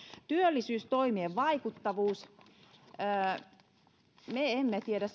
työllisyystoimien vaikuttavuus me emme tiedä